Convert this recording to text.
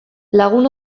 lagun